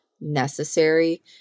necessary